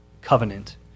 covenant